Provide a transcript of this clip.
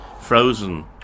Frozen